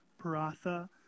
Paratha